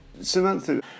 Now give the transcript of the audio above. Samantha